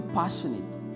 passionate